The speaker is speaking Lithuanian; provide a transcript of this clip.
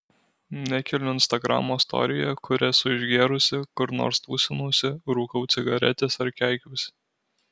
nekeliu instagramo storyje kur esu išgėrusi kur nors tūsinuosi rūkau cigaretes ar keikiuosi